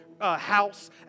house